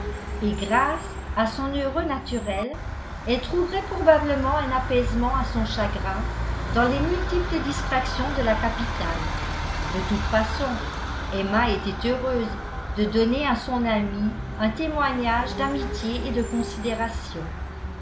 et grâce à son heureux naturel elle trouverait probablement un apaisement à son chagrin dans les multiples distractions de la capitale de toute façon emma était heureuse de donner à son amie un témoignage d'amitié et de considération